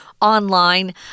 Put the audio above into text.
online